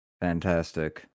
Fantastic